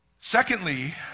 Secondly